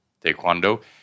Taekwondo